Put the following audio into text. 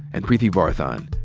and preeti varathan.